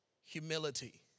humility